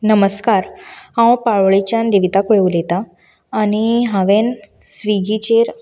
नमस्कार हांव पाळोळेंच्यान देविता पै उलयता आनी हांवेंन स्विगीचेर